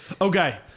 Okay